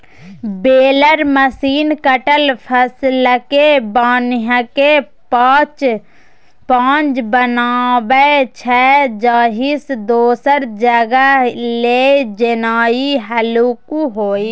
baler machine कटल फसलकेँ बान्हिकेँ पॉज बनाबै छै जाहिसँ दोसर जगह लए जेनाइ हल्लुक होइ